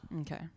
okay